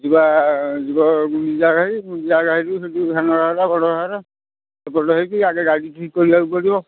ଯିବା ଯିବା ଗୁଣ୍ଡିଚାଘାଇ ଗୁଣ୍ଡିଚାଘାଇରୁ ସେହିଠାରୁ ସାନଘାଗରା ବଡ଼ଘାଗରା ସେପଟ ହେଇକି ଆଗେ ଗାଡ଼ି ଠିକ୍ କରିବାକୁ ପଡ଼ିବ